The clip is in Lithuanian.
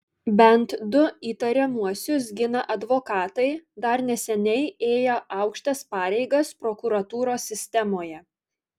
bent du įtariamuosius gina advokatai dar neseniai ėję aukštas pareigas prokuratūros sistemoje